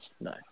No